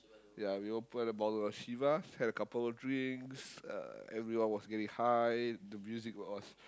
ya we open a bottle of Chivas had a couple of drinks uh everyone was getting high the music was